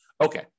Okay